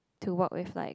to work with like